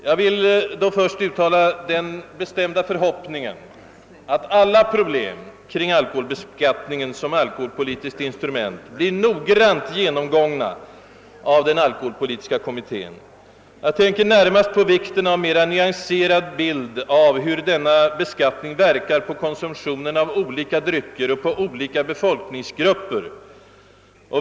Jag vill först uttala den bestämda förhoppningen att alla: problem kring alkoholbeskattningen som = alkoholpolitiskt instrument noggrant genomgås av den alkoholpolitiska kommittén. Jag tänker närmast på vikten av en mera nyanserad bild åv hur denna beskattning verkar på konsumtionen av olika drycker. och på olika befolkningsgrupper.